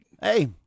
Hey